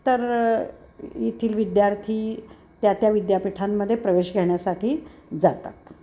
तर येथील विद्यार्थी त्या त्या विद्यापीठांमध्ये प्रवेश घेण्यासाठी जातात